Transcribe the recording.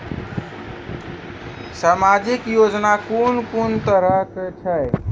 समाजिक योजना कून कून तरहक छै?